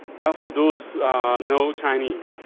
well for those know chinese,